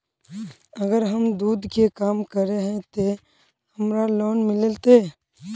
अगर हम दूध के काम करे है ते हमरा लोन मिलते?